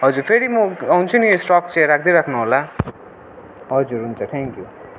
हजुर फेरि म आउँछु नि यो स्टक चाहिँ राखिदिइराख्नु होला हजुर हुन्छ थ्याङ्क्यु